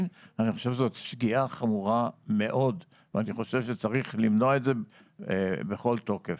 ואני חושב שזו שגיאה חמורה מאוד ושצריך למנוע את זה בכל תוקף.